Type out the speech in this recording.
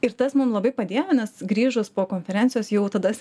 ir tas mum labai padėjo nes grįžus po konferencijos jau tada